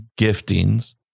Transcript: giftings